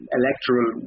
electoral